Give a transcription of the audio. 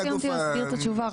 לא סיימתי להסביר את התשובה,